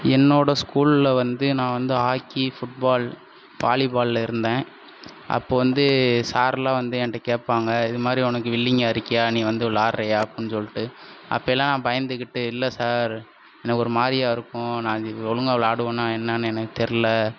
என்னோட ஸ்கூலில் வந்து நான் வந்து ஹாக்கி ஃபுட் பால் வாலிபாலில் இருந்தேன் அப்போ வந்து சார்லாம் வந்து என்கிட்ட கேட்பாங்க இதுமாதிரி உனக்கு வில்லிங்காக இருக்கியா நீ வந்து விளையாட்றீயா அப்பட்னு சொல்லிவிட்டு அப்போ எல்லாம் நான் பயந்துக்கிட்டு இல்லை சார் எனக்கு ஒருமாதிரியா இருக்கும் நான் அது ஒழுங்காக விளையாடுவேனா என்னனு எனக்கு தெரில